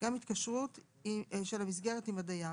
גם התקשרות של המסגרת עם הדייר.